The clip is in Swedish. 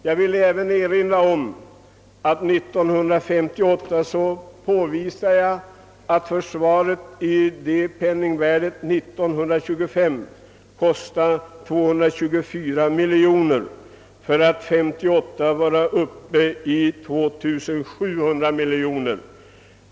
Jag vill även erinra om att jag 1958 påvisade att försvaret då, som i 1958 års penningvärde år 1925 kostade 224 miljoner, år 1958 var uppe i 2 700 miljoner kronor.